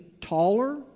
taller